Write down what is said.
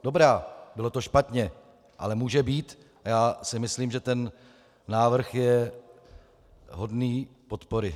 Dobrá, bylo to špatně, ale může být a já si myslím, že ten návrh je hodný podpory.